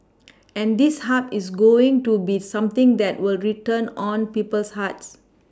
and this Hub is going to be something that will return on people's hearts